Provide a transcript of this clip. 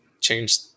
change